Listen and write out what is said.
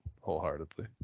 wholeheartedly